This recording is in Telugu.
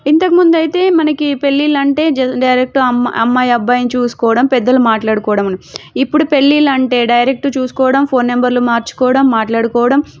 ఇంతకముందైతే మనకి పెళ్ళిలంటే డైరెక్ట్ అమ్ అమ్మాయి అబ్బాయిని చూసుకోవడం పెద్దలు మాట్లాడుకోవడము ఇప్పుడు పెళ్ళిలంటే డైరెక్ట్ చూసుకోవడం ఫోన్ నెంబర్లు మార్చుకోవడం మాట్లాడుకోవడం